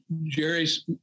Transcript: Jerry's